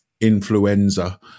influenza